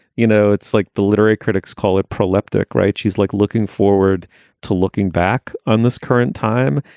you know, it's like the literary critics call it prolific. right? she's like looking forward to looking back on this current time,